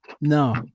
No